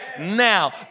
now